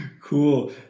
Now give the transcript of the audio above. Cool